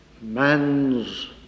man's